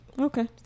Okay